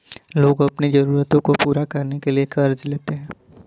लोग अपनी ज़रूरतों को पूरा करने के लिए क़र्ज़ लेते है